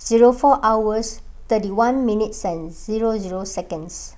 zero four hours thirty one minutes and zero zero seconds